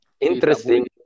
interesting